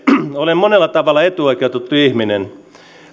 olen monella tavalla etuoikeutettu ihminen